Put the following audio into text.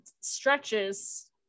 stretches